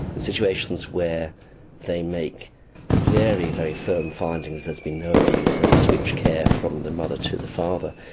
in situations where they make very, very firm findings there's been no abuse and switch care from the mother to the father.